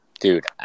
Dude